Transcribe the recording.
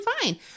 fine